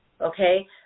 okay